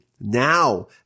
Now